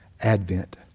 Advent